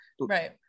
Right